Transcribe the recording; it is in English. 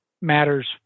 matters